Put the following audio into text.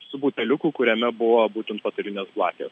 su buteliuku kuriame buvo būtent patalinės blakės